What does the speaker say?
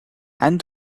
and